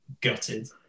gutted